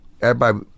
everybody-